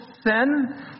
sin